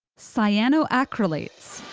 cyanoacrylates,